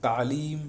تعلیم